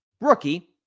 Rookie